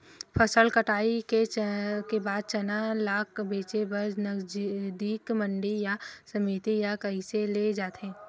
फसल कटाई के बाद चना ला बेचे बर नजदीकी मंडी या समिति मा कइसे ले जाथे?